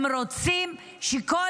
הם רוצים שכל